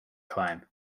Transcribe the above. climb